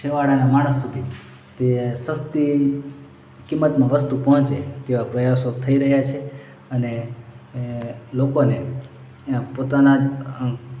છેવાડાના માણસ સુધી તે સસ્તી કિંમતમાં વસ્તુ પહોંચે તેવા પ્રયાસો થઈ રહ્યા છે અને એં લોકોને એના પોતાના જ